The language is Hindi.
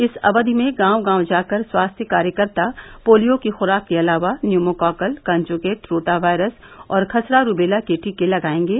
इस अवधि में गांव गांव जाकर स्वास्थ्य कार्यकर्ता पोलियो की खुराक के अलावा न्यूमोकॉकल काजूंगेट रोटावॉयरस और खसरा रूबेला के टीके लगायेंगे